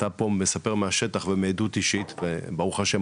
אתה מספר מהשטח ומעדות אישית וברוך השם,